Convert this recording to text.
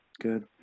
good